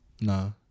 No